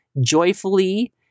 joyfully